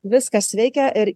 viskas veikia ir